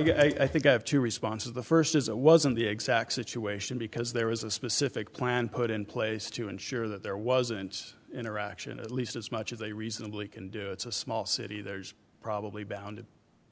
well i think i have two responses the first is it wasn't the exact situation because there was a specific plan put in place to ensure that there wasn't in a action at least as much as they reasonably can do it's a small city there's probably bound